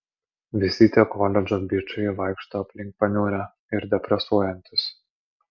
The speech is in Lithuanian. visi tie koledžo bičai vaikšto aplink paniurę ir depresuojantys